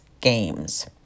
games